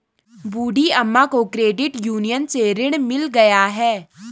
बूढ़ी अम्मा को credit union से ऋण मिल गया है